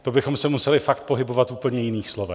To bychom se museli fakt pohybovat v úplně jiných slovech.